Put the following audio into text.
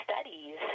studies